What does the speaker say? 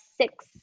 six